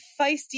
feisty